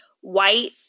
white